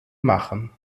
machen